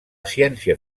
ciència